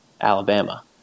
Alabama